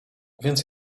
więc